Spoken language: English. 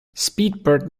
speedbird